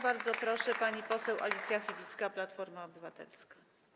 Bardzo proszę, pani poseł Alicja Chybicka, Platforma Obywatelska.